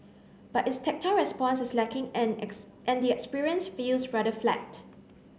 but its tactile response is lacking and as and the experience feels rather flat